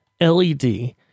LED